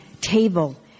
table